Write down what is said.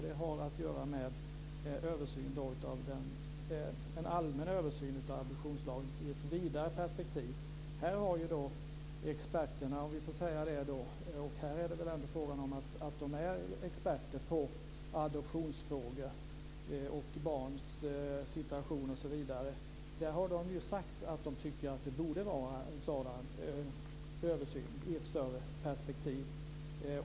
Den har att göra med en allmän översyn av adoptionslagen i ett vidare perspektiv. Här har experterna - om vi får kalla dem det, för här är det väl ändå fråga om experter på adoptionsfrågor, barns situation osv. - sagt att det borde ske en sådan översyn i ett större perspektiv.